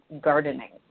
gardening